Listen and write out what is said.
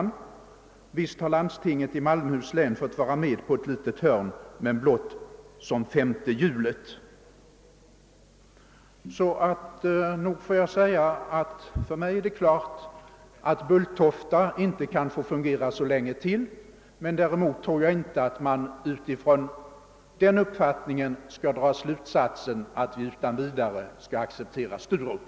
Och han tillägger: » Visst har landstinget i Malmöhus län fått vara med på ett litet hörn, men blott som femte hjulet.» För mig förefaller det klart att Bulltofta inte kan få fungera så länge till. Däremot tror jag inte att man utifrån den uppfattningen skall dra slutsatsen att vi utan vidare skall acceptera Sturup.